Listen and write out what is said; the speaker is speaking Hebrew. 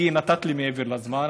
כי נתת לי מעבר לזמן,